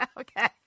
Okay